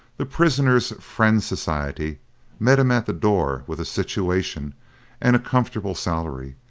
the prisoner's friend society met him at the door with a situation and a comfortable salary,